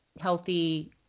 healthy